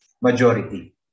majority